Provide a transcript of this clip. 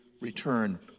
return